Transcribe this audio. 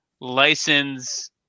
license